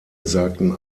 sagten